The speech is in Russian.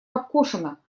подкошена